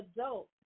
adult